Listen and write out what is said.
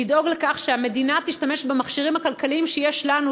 לדאוג לכך שהמדינה תשתמש במכשירים הכלכליים שיש לנו,